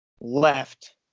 left